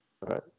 right